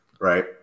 right